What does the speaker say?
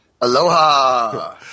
Aloha